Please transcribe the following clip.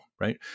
right